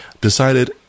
decided